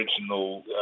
original